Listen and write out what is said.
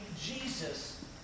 Jesus